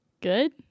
Good